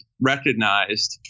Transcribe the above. recognized